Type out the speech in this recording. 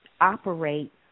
operate